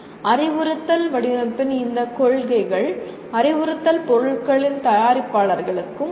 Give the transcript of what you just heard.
அறிவுறுத்தல் வடிவமைப்பின் இந்த கொள்கைகள் அறிவுறுத்தல் பொருட்களின் தயாரிப்பாளர்களுக்கும் உதவும்